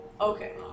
Okay